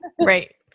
right